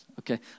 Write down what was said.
Okay